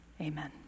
Amen